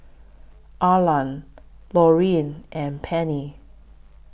Arlan Lauryn and Pennie